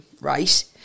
right